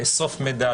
לאסוף מידע,